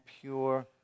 pure